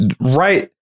right